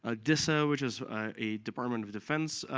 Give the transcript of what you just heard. ah disa, which is a department of defense